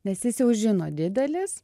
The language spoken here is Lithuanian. nes jis jau žino didelis